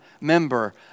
member